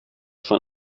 schon